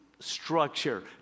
structure